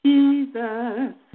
Jesus